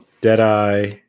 Deadeye